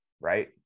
right